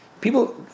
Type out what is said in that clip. People